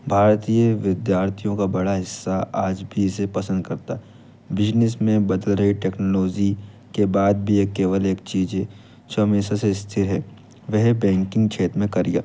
भारतीय विद्यार्थियों का बड़ा हिस्सा आज भी इसे पसंद करता है बिजनेस में बदल रही टेक्नोलॉजी के बाद भी यह केवल एक चीज़ है जो हमेशा से स्थिर है वह है बैंकिंग क्षेत्र में करियर